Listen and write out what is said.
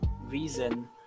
reason